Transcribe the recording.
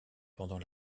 pendant